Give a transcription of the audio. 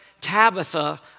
Tabitha